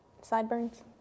sideburns